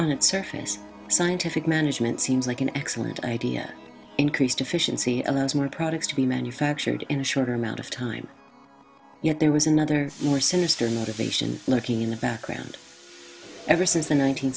on its surface scientific management seems like an excellent idea increased efficiency allows more products to be manufactured in a shorter amount of time yet there was another more sinister motivation lurking in the background ever since the nineteen